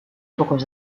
pocos